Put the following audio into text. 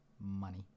money